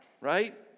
right